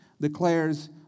declares